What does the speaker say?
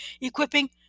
equipping